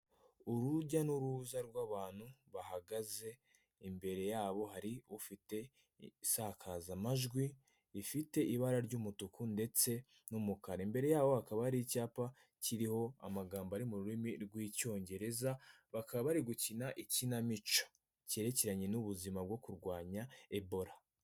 Urujya n'uruza rw'abantu bahagaze, imbere yabo hari ufite isakazamajwi, rifite ibara ry'umutuku ndetse n'umukara, imbere yaho hakaba ari icyapa kiriho amagambo ari mu rurimi rw'Icyongereza, bakaba bari gukina ikinamico kerekeranye n'ubuzima bwo kurwanya Ebola.